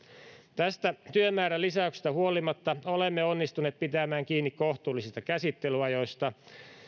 tästä työmäärän lisäyksestä huolimatta olemme onnistuneet pitämään kiinni kohtuullisista käsittelyajoista